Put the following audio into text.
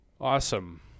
Awesome